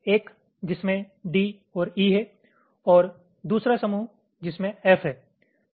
एक जिसमें D और E है और दूसरा समूह जिसमें F है